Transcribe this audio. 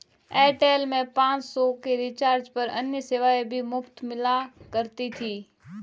Airtel में पाँच सौ के रिचार्ज पर अन्य सेवाएं भी मुफ़्त मिला करती थी